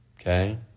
Okay